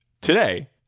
Today